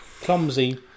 clumsy